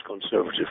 Conservative